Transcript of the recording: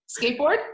Skateboard